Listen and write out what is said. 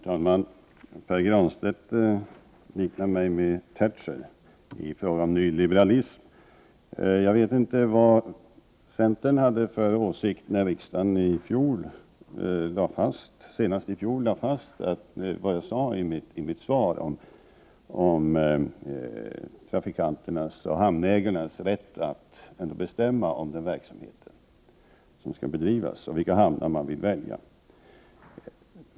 Herr talman! Pär Granstedt liknar mig vid Margaret Thatcher i fråga om nyliberalism. Jag vet inte vad centern hade för åsikt när riksdagen senast i fjol lade fast det jag sade i mitt svar om trafikanternas och hamnägarnas rätt att bestämma om den verksamhet som skall bedrivas och vilka hamnar man vill välja.